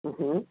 ಹ್ಞೂ ಹ್ಞೂ